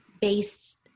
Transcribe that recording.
based